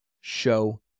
show